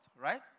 Right